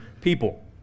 people